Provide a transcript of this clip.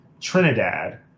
Trinidad